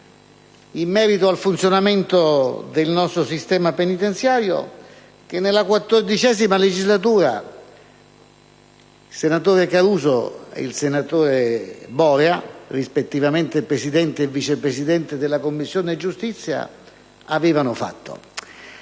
in merito al funzionamento del nostro sistema penitenziario, che nella XIV legislatura, il senatore Caruso ed il senatore Borea, rispettivamente presidente e vice presidente della Commissione giustizia, avevano